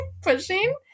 pushing